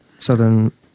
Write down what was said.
Southern